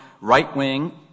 right-wing